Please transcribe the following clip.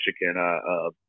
Michigan